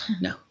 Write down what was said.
No